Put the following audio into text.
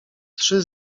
trzy